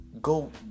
go